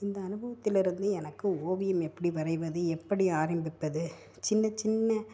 இந்த அனுபவத்திலிருந்து எனக்கு ஓவியம் எப்படி வரைவது எப்படி ஆரம்பிப்பது சின்ன சின்ன